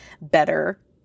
better